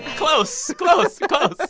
close, close, close